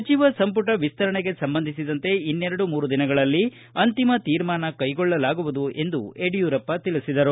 ಸಚಿವ ಸಂಪುಟ ವಿಸ್ತರಣೆಗೆ ಸಂಬಂಧಿಸಿದಂತೆ ಇನ್ನೆರಡು ಮೂರು ದಿನಗಳಲ್ಲಿ ಅಂತಿಮ ತೀರ್ಮಾನ ಕೈಗೊಳ್ಳಲಾಗುವುದು ಎಂದು ಯಡಿಯೂರಪ್ಪ ತಿಳಿಸಿದರು